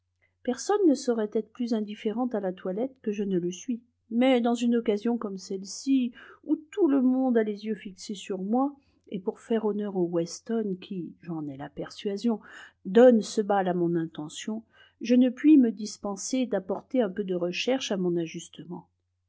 personne ne saurait être plus indifférente à la toilette que je ne le suis mais dans une occasion comme celle-ci où tout le monde a les yeux fixés sur moi et pour faire honneur aux weston qui j'en ai la persuasion donnent ce bal à mon intention je ne puis me dispenser d'apporter un peu de recherche à mon ajustement